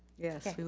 yes, we